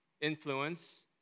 influence